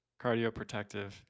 cardioprotective